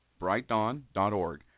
brightdawn.org